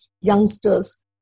youngsters